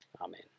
Amen